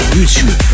YouTube